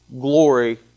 glory